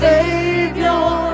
Savior